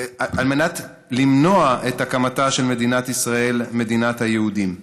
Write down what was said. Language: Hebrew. את הקמתה של מדינת ישראל, מדינת היהודים.